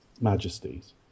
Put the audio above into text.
Majesties